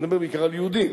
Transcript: אני מדבר בעיקר על יהודים,